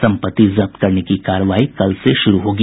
सम्पत्ति जब्त करने की कार्रवाई कल से शुरू होगी